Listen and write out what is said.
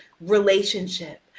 relationship